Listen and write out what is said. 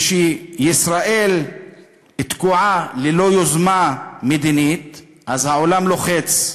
כשישראל תקועה ללא יוזמה מדינית אז העולם לוחץ,